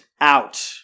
out